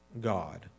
God